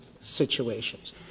situations